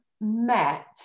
met